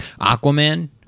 Aquaman